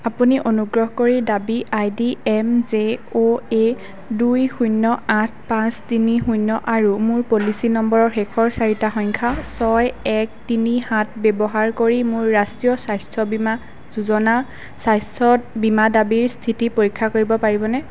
আপুনি অনুগ্ৰহ কৰি দাবী I D M J O A দুই শূন্য আঠ পাঁচ তিনি শূন্য আৰু মোৰ পলিচি নম্বৰৰ শেষৰ চাৰিটা সংখ্যা ছয় এক তিনি সাত ব্যৱহাৰ কৰি মোৰ ৰাষ্ট্ৰীয় স্বাস্থ্য বীমা যোজনা স্বাস্থ্যত বীমা দাবীৰ স্থিতি পৰীক্ষা কৰিব পাৰিবনে